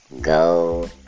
Go